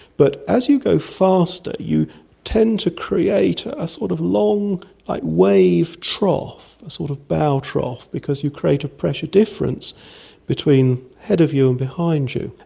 but as you go faster you tend to create ah a sort of long wave trough, a sort of bow trough because you create a pressure difference between ahead of you and behind you.